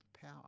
power